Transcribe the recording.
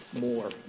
more